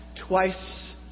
twice